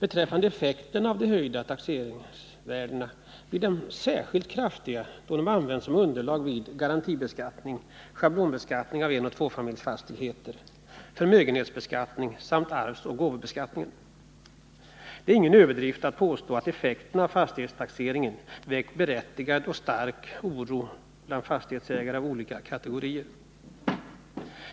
Effekterna av de höjda taxeringsvärdena blir särskilt kraftiga då de används som underlag vid garantibeskattning, schablonbeskattning av enoch tvåfamiljsfastigheter, förmögenhetsbeskattning samt arvsoch gåvobeskattning. Det är ingen överdrift att påstå att effekterna av fastighetstaxeringen väckt berättigad och stark oro hos fastighetsägare av olika kategorier.